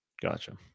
Gotcha